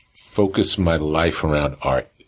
focus my life around art.